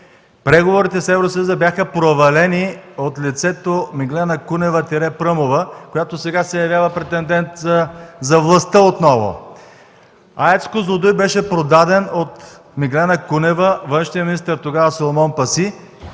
Преговорите с Евросъюза бяха провалени от лицето Меглена Кунева-Пръмова, която сега се явява отново претендент за властта. АЕЦ „Козлодуй” беше продаден от Меглена Кунева, външния министър тогава Соломон Паси,